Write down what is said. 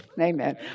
Amen